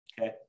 okay